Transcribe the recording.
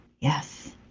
Yes